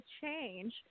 change